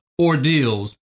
ordeals